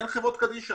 אין חברות קדישא